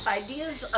ideas